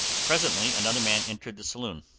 presently another man entered the saloon.